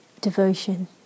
devotion